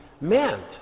meant